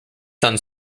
sun